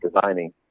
designing